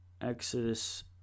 Exodus